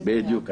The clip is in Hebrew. בדיוק.